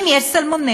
אם יש סלמונלה,